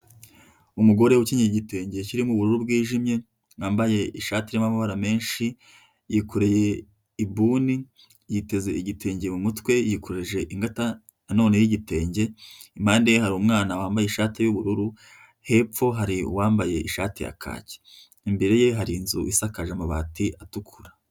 Umugore ukenyeye igitenge kirimo ubururu bwijimye wambaye ishati y'amabara menshi yikoreye ibuni, yiteze igitenge mu mutwe, yikoreje ingata nanone y'igitenge, impande ye hari umwana wambaye ishati y'ubururu, hepfo hari uwambaye ishati ya kake, imbere ye hari inzu isakaje amabati atukura.